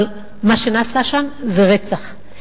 אבל מה שנעשה שם הוא רצח.